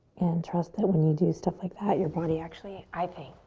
and trust that when you do stuff like that your body actually, i think,